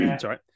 sorry